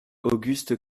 auguste